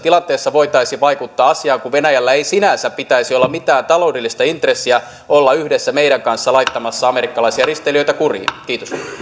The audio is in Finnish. tilanteessa voitaisiin vaikuttaa asiaan kun venäjällä ei sinänsä pitäisi olla mitään taloudellista intressiä olla yhdessä meidän kanssa laittamassa amerikkalaisia risteilijöitä kuriin kiitos